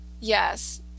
yes